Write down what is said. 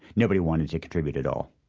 nobody wanted to contribute at all